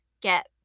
get